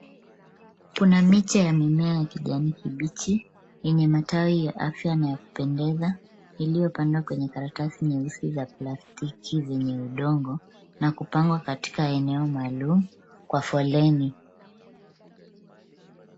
Kuna miche ya mimea ya kijani kibichi yenye matawi ya afya na ya kupendeza iliyopandwa kwenye karatasi nyeusi za plastiki yenye udongo na kupandwa katika eneo maalum kwa foleni .